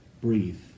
Breathe